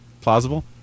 plausible